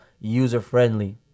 user-friendly